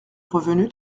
revenu